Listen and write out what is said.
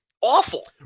awful